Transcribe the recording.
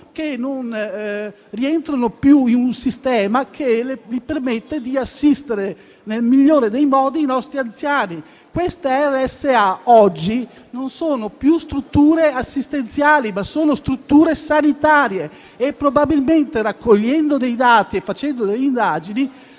che non rientrano più in un sistema che gli permette di assistere nel migliore dei modi i nostri anziani. Le RSA oggi non sono più strutture assistenziali, ma sanitarie e probabilmente, raccogliendo dei dati e facendo delle indagini,